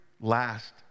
last